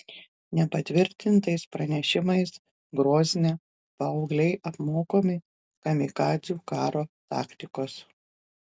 nepatvirtintais pranešimais grozne paaugliai apmokomi kamikadzių karo taktikos